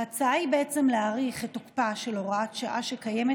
ההצעה היא להאריך את תוקפה של הוראת שעה שקיימת